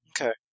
okay